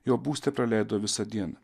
jo būste praleido visą dieną